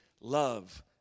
love